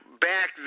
back